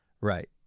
right